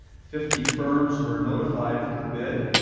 fifty firms were notified for the bid.